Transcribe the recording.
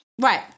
right